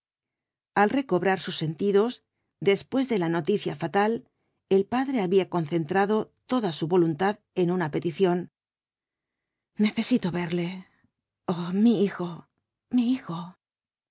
al recobrar sus sentidos después de la noticia fatal el padre había concentrado toda su voluntad en una petición necesito verle oh mi hijo mi hijo